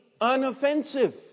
unoffensive